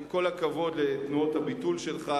עם כל הכבוד לתנועות הביטול שלך,